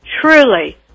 Truly